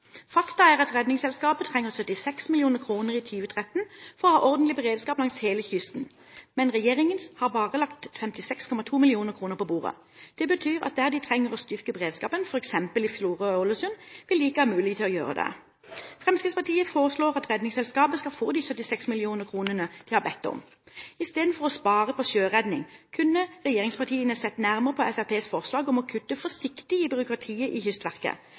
er at Redningsselskapet trenger 76 mill. kr i 2013 for å ha ordentlig beredskap langs hele kysten, mens regjeringen bare har lagt 56,2 mill. kr på bordet. Det betyr at der de trenger å styrke beredskapen, f.eks. i Florø og Ålesund, vil de ikke ha mulighet til å gjøre det. Fremskrittspartiet foreslår at Redningsselskapet skal få de 76 mill. kr de har bedt om. Istedenfor å spare på sjøredning kunne regjeringspartiene sett nærmere på Fremskrittspartiets forslag om å kutte forsiktig i byråkratiet i Kystverket,